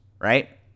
right